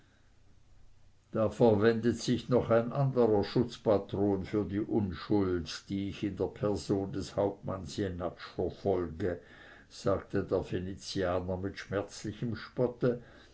da verwendet sich noch ein anderer schutzpatron für die unschuld die ich in der person des hauptmanns jenatsch verfolge sagte der venezianer mit schmerzlichem spotte